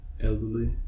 elderly